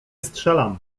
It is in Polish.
strzelam